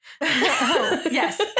Yes